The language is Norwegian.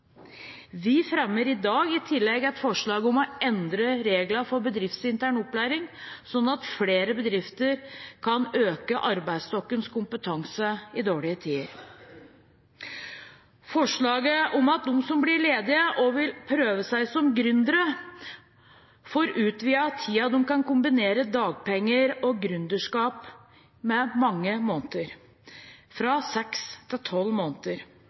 Vi fremmer i dag i tillegg et forslag – sammen med Senterpartiet og Sosialistisk Venstreparti – om å endre reglene for bedriftsintern opplæring, sånn at flere bedrifter kan øke arbeidsstokkens kompetanse i dårlige tider. Så er det forslaget om at de som blir ledige og vil prøve seg som gründere, får utvidet tiden de kan kombinere dagpenger og gründerskap, med mange måneder